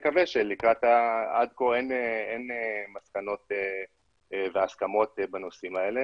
עד כה אין מסקנות והסכמות בנושאים האלה,